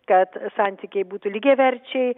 kad santykiai būtų lygiaverčiai